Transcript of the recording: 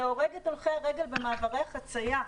זה הורג את הולכי הרגל במעברי החציה.